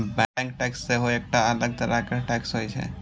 bank tax सेहो एकटा अलग तरह टैक्स होइ छै